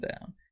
down